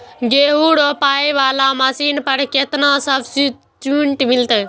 गेहूं रोपाई वाला मशीन पर केतना सब्सिडी मिलते?